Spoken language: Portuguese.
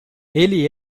ele